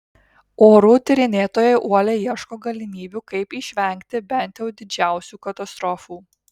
orų tyrinėtojai uoliai ieško galimybių kaip išvengti bent jau didžiausių katastrofų